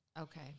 Okay